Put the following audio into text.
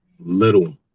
little